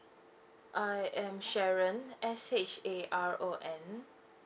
uh I am sharon S H A R O N